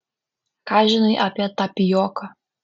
ką žinai apie tapijoką